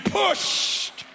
pushed